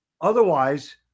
Otherwise